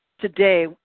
today